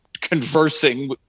conversing